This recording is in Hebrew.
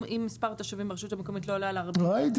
מספר התושבים ברשות המקומית לא עולה על 40,000. ראיתי,